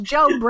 Joe